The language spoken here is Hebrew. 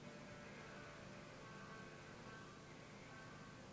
את האוצר לשולחן.